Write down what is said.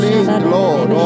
Lord